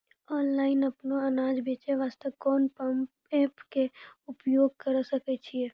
Online अपनो अनाज बेचे वास्ते कोंन एप्प के उपयोग करें सकय छियै?